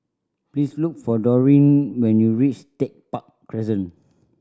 please look for Dorine when you reach Tech Park Crescent